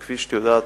כפי שאת יודעת,